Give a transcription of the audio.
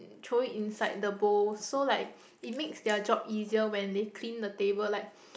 throw it inside the bowl so like it makes their job easier when they clean the table like